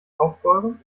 kaufbeuren